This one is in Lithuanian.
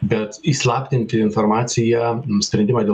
bet įslaptinti informaciją sprendimą dėl